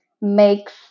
makes